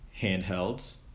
handhelds